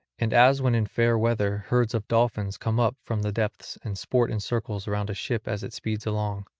and as when in fair weather herds of dolphins come up from the depths and sport in circles round a ship as it speeds along,